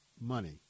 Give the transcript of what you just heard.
money